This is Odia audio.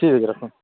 ଠିକ ଅଛି ରଖନ୍ତୁ